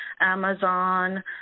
Amazon